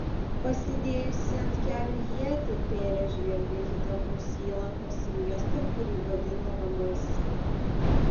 pasidėjusi ant kelių ietį pėrė žvelgė kitapus įlankos į miestą kurį vadino namais